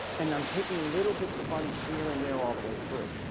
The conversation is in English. and i'm taking little bits of money here and there all the way through.